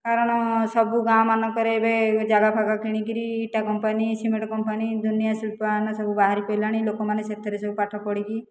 କାରଣ ସବୁ ଗାଁ ମାନଙ୍କରେ ଏବେ ଜାଗାଫାଗା କିଣିକରି ଇଟା କମ୍ପାନୀ ସିମେଣ୍ଟ କମ୍ପାନୀ ଦୁନିଆଁ ଶିଳ୍ପ ମାନ ସବୁ ବାହାରି ପଡ଼ିଲାଣି ଲୋକମାନେ ସେଥିରେ ସବୁ ପାଠ ପଢ଼ିକି